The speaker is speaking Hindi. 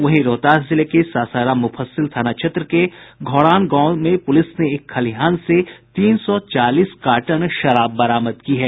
वहीं रोहतास जिले के सासाराम मुफस्सिल थाना क्षेत्र के धौड़ाण गांव में पुलिस ने एक खलिहान से तीन सौ चालीस कार्टन शराब बरामद की है